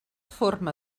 forma